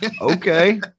okay